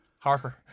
Harper